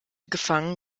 gefangen